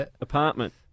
apartment